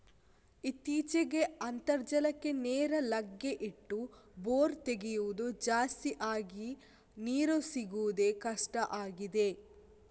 ಇತ್ತೀಚೆಗೆ ಅಂತರ್ಜಲಕ್ಕೆ ನೇರ ಲಗ್ಗೆ ಇಟ್ಟು ಬೋರು ತೆಗೆಯುದು ಜಾಸ್ತಿ ಆಗಿ ನೀರು ಸಿಗುದೇ ಕಷ್ಟ ಆಗಿದೆ